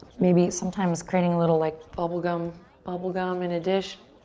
maybe sometimes creating a little like bubble gum, bubble gum in a dish,